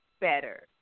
better